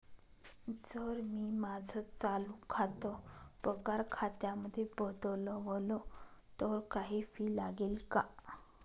जर मी माझं चालू खातं पगार खात्यामध्ये बदलवल, तर काही फी लागेल का?